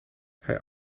hij